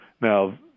Now